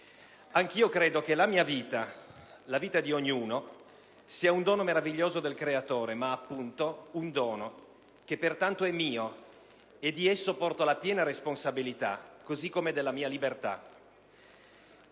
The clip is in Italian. Anch'io credo che la mia vita, la vita di ognuno, sia un dono meraviglioso del Creatore; ma, appunto, un dono, che pertanto è mio e di esso porto la piena responsabilità, così come della mia libertà.